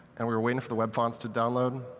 and we were waiting for the web fonts to download.